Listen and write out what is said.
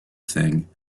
thing